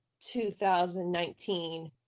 2019